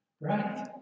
Right